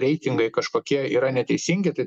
reitingai kažkokie yra neteisingi tai